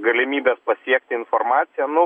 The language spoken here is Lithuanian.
galimybės pasiekti informaciją nu